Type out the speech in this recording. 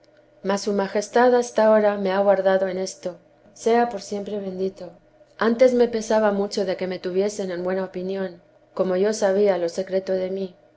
a san i a madbe me ha guardado en esto sea por siempre bendito antes me pesaba mucho de que me tuviesen en buena opinión como yo sabía lo secreto de mí